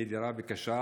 נדירה וקשה,